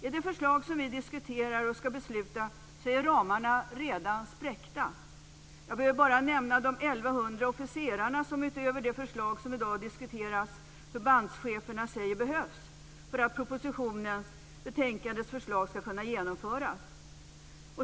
I det förslag som vi diskuterar och ska besluta om är ramarna redan spräckta. Jag behöver bara nämna de 1 100 officerarna som, utöver det förslag som i dag diskuteras, förbandscheferna säger behövs för att propositionens förslag ska kunna genomföras.